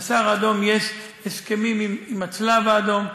לסהר האדום יש הסכמים עם הצלב האדום.